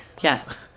Yes